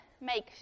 make